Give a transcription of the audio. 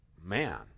Man